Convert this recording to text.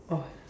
oh